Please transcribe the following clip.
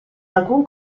alcun